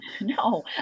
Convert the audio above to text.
No